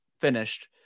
finished